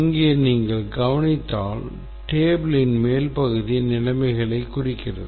இங்கே நீங்கள் கவனித்தால் tableயின் மேல் பகுதி நிலைமைகளைக் குறிக்கிறது